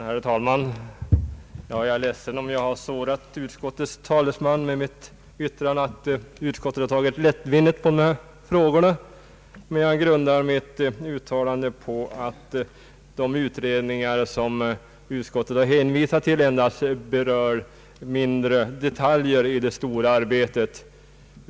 Herr talman! Jag är ledsen om jag har sårat utskottets talesman med mitt tidigare yttrande att utskottet tagit lättvindigt på dessa frågor. Jag grundar mitt uttalande på att de utredningar som utskottet hänvisat till endast berör mindre detaljer i det stora arbetet.